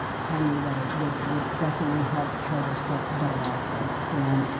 timely way would would definitely help charters get better access and,